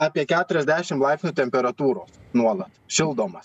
apie keturiasdešim laipsnių temperatūros nuolat šildomas